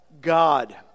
God